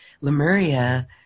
Lemuria